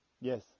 Yes